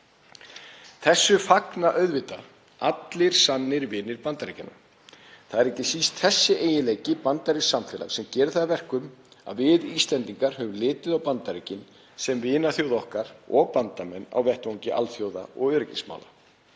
Þessu fagna auðvitað allir sannir vinir Bandaríkjanna, ekki síst þessi eiginleiki bandarísks samfélags sem gerir það að verkum að við Íslendingar höfum litið á Bandaríkin sem vinaþjóð okkar og bandamenn á vettvangi alþjóða- og öryggismála.